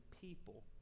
people